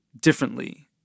differently